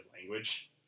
language